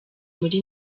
muri